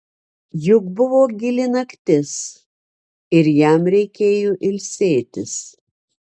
juk buvo gili naktis ir jam reikėjo ilsėtis